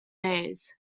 days